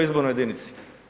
Izbornoj jedinici.